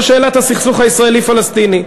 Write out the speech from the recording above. זה שאלת הסכסוך הישראלי-פלסטיני.